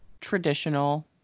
traditional